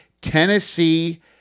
Tennessee